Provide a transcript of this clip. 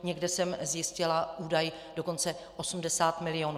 Někde jsem zjistila údaj dokonce osmdesát milionů.